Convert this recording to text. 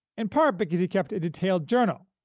in part because he kept a detailed journal,